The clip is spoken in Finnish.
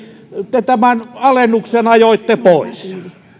ajoitte tämän alennuksen pois